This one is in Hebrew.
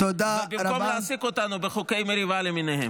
במקום להעסיק אותנו בחוקי מריבה למיניהם.